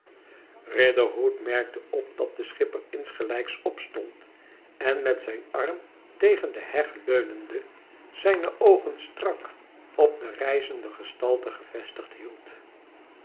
riderhood merkte op dat de schipper insgelijks opstond en met zijn arm tegen de heg leunende zijne oogen strak op de rijzende gestalte gevestigd hield